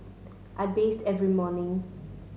I bathe every morning